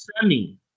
Sunny